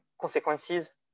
consequences